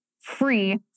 free